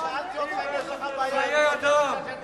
יש לך בעיה עם, לא,